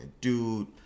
dude